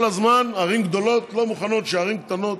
כל הזמן ערים גדולות לא מוכנות שערים קטנות,